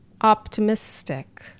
optimistic